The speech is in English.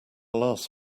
last